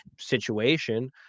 situation